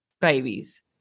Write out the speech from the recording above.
babies